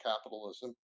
capitalism